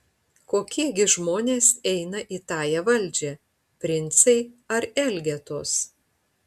kokie gi žmonės eina į tąją valdžią princai ar elgetos